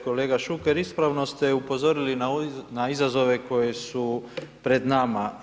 Kolega Šuker, ispravno ste upozorili na izazove koji su pred nama.